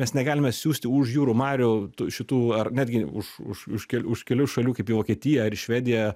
mes negalime siųsti už jūrų marių šitų ar netgi už už už kel už kelių šalių kaip į vokietiją ar į švediją